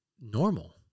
normal